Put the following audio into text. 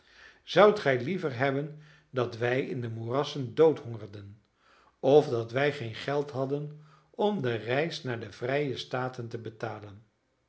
zoudt gij liever hebben dat wij in de moerassen dood hongerden of dat wij geen geld hadden om de reis naar de vrije staten te betalen